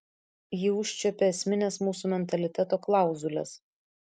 ji užčiuopia esmines mūsų mentaliteto klauzules